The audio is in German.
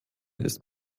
ist